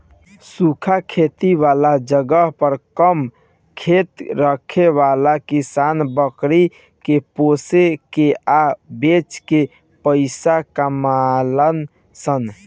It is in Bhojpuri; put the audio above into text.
सूखा खेती वाला जगह पर कम खेत रखे वाला किसान बकरी के पोसे के आ बेच के पइसा कमालन सन